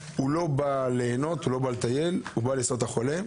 לא בא ליהנות ולטייל אלא הוא בא לסעוד את החולה.